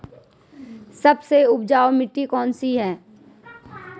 सबसे उपजाऊ मिट्टी कौन सी है?